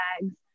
bags